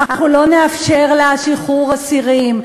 אנחנו לא נאפשר לה שחרור אסירים,